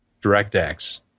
DirectX